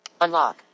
Unlock